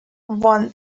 one